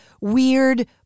weird